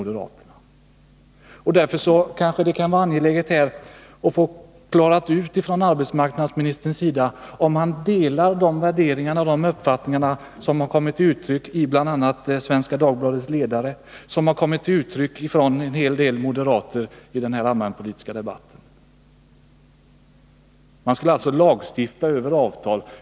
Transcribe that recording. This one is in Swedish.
Därför är det angeläget att få klarlagt om arbetsmarknadsministern delar de värderingar och uppfattningar som har kommit till uttryck i bl.a. Svenska Dagbladets ledare och i en hel del anföranden av moderater i den allmänpolitiska debatten. Man skulle alltså lagstifta över avtal.